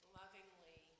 lovingly